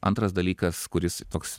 antras dalykas kuris toks